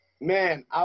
Man